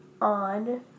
on